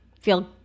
feel